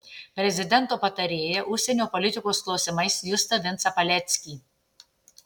prezidento patarėją užsienio politikos klausimais justą vincą paleckį